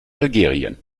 algerien